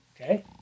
okay